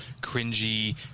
cringy